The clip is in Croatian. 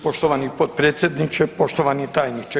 Poštovani potpredsjedniče, poštovani tajniče.